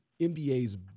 NBA's